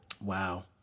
wow